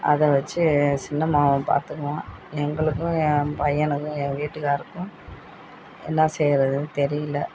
அதை வச்சு சின்ன மகன் பார்த்துக்குவான் எங்களுக்கும் என் பையனுக்கும் என் வீட்டுக்காரருக்கும் என்ன செய்கிறதுன்னு தெரியல